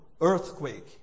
earthquake